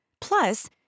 Plus